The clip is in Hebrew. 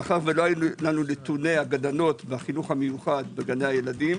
מאחר שלא היו לנו נתוני הגננות והחינוך המיוחד בגני הילדים,